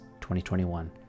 2021